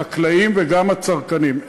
החקלאים וגם הצרכנים.